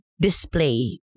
display